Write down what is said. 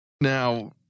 Now